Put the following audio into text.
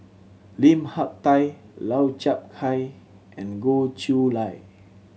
Lim Hak Tai Lau Chiap Khai and Goh Chiew Lye